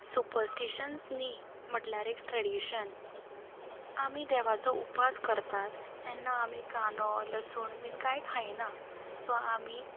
superstitions न्ही म्हटल्यार एक ट्रॅडिशन आमी देवाचो उपास करतात तेन्ना आमी कांदो लसूण बी कांय खायना सो आमी